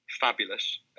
fabulous